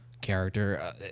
character